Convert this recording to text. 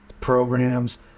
programs